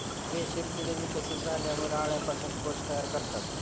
रेशीम किडे विकसित झाल्यावर अळ्यांपासून कोश तयार करतात